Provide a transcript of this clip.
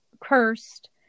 cursed